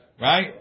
right